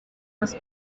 más